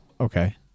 okay